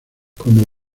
como